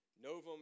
Novum